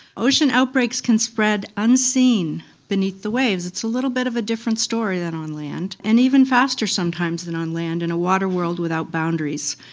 ocean outbreaks can spread unseen beneath the waves, it's a little bit of a different story than on land, and even faster sometimes than on land, in a water-world without boundaries,